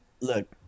look